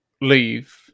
leave